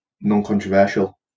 non-controversial